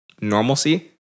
normalcy